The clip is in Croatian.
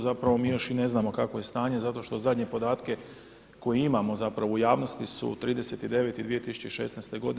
Zapravo mi još i ne znamo kakvo je stanje, zato što zadnje podatke koje imamo zapravo u javnosti su 30.9.2016. godine.